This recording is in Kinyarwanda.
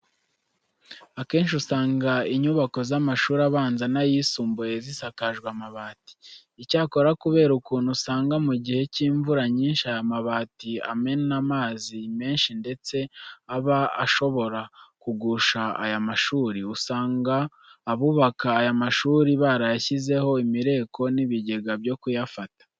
Akenshi usanga inyubako z'amashuri abanza n'ayisumbuye zisakajwe amabati. Icyakora kubera ukuntu usanga mu gihe cy'imvura nyinshi aya mabati amena amazi menshi ndetse aba ashobora kugusha aya mashuri, usanga abubaka aya mashuri barayashyizeho imireko n'ibigega byo kuyafata.